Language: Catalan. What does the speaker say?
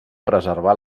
preservar